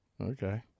Okay